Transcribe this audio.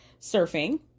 surfing